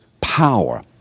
power